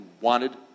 wanted